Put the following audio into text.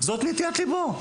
זאת נטיית ליבו.